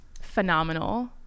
phenomenal